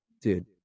dude